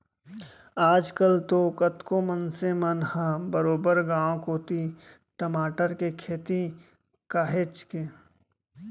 आज कल तो कतको मनसे मन ह बरोबर गांव कोती टमाटर के खेती काहेच के